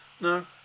No